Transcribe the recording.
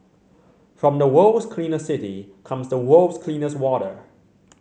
from the world's cleanest city comes the world's cleanest water